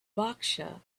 berkshire